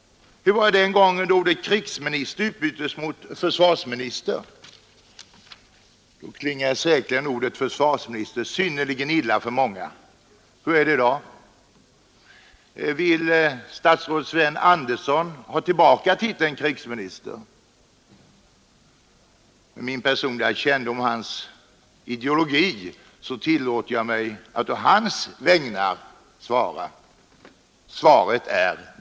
Hur var det den gången då ordet krigsminister utbyttes mot benämningen försvarsminister? Då klingade säkerligen ”försvarsminister” synnerligen illa för många. Hur är det i dag? Vill statsrådet Sven Andersson ha tillbaka titeln krigsminister? Med min personliga kännedom om hans ideologi tillåter jag mig att å hans vägnar svara: Nej!